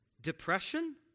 Depression